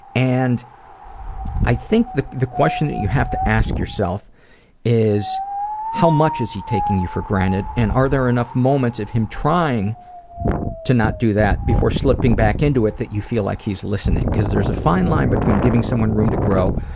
and i think the the question that you have to ask yourself is how much is he taking you for granted and are there enough moments of him trying to not do that before slipping back into it that you feel like he's listening? because there's a fine line between giving someone room to grow